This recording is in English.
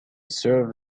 served